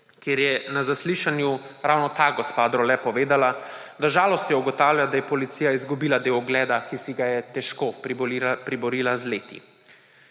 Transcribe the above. kjer je na zaslišanju ravno ta gospa Drole povedala, da z žalostjo ugotavlja, da je policija izgubila del ugleda, ki si ga je težko priborila z leti.